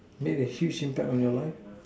made a huge impact on your life